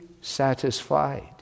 satisfied